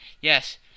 yes